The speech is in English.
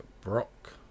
Brock